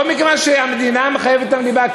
לא מכיוון שהמדינה מחייבת אותם ליבה,